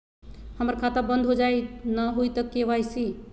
हमर खाता बंद होजाई न हुई त के.वाई.सी?